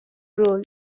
role